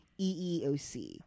EEOC